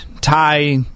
tie